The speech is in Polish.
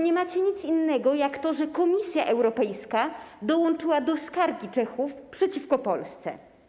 Nie macie nic innego poza tym, że Komisja Europejska dołączyła do skargi Czechów przeciwko Polsce.